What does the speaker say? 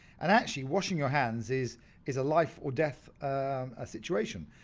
and actually washing your hands is is a life or death um ah situation.